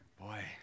Boy